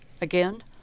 Again